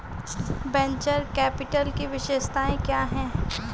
Venture capital की विशेषताएं क्या हैं?